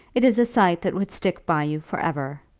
it is a sight that would stick by you for ever.